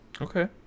okay